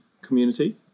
community